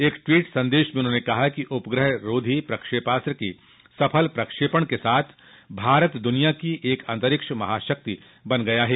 एक ट्वीट में उन्होंने कहा कि उपग्रहरोधी प्रक्षेपास्त्र के सफल प्रक्षेपण के साथ भारत दुनिया की एक अंतरिक्ष महाशक्ति बन गया है